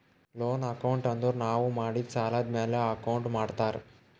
loan account ಅಂದುರ್ ನಾವು ಮಾಡಿದ್ ಸಾಲದ್ ಮ್ಯಾಲ ಅಕೌಂಟ್ ಮಾಡ್ತಾರ್